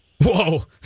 Whoa